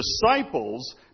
disciples